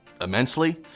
immensely